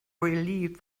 relieved